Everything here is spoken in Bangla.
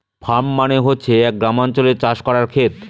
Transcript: ফার্ম মানে হচ্ছে এক গ্রামাঞ্চলে চাষ করার খেত